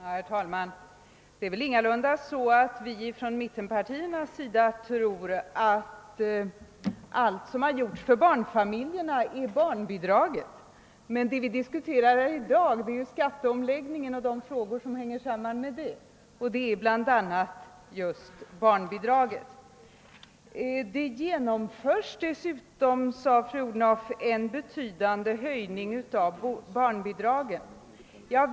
Herr talman! Det är ingalunda så att vi inom mittenpartierna tror att barnbidraget är allt som har gjorts för barnfamiljerna, men det som diskuteras i dag är skatteomläggningen och de frågor som sammanhänger med den, bl.a. just barnbidraget. Fru Odhnoff sade att det genomförs en betydande höjning av barnbidraget.